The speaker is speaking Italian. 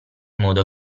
modo